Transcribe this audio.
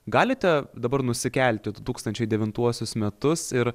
galite dabar nusikelt į du tūkstančiai devintuosius metus ir